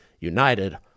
United